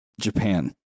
Japan